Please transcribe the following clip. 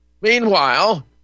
Meanwhile